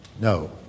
no